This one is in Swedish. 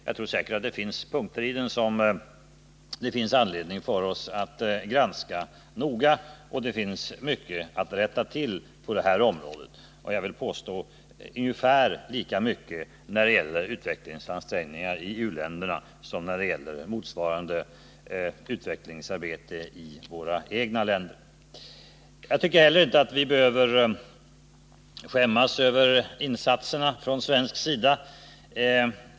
Det finns säkert punkter i den som det finns anledning för oss att noga granska, och det finns mycket att rätta till på detta område. Det gäller säkert f. ö. inte bara för våra insatser i u-länderna utan i hög grad också för utvecklingsarbete i vårt eget land. Vi behöver ändå inte skämmas alltför mycket för insatserna från svensk sida.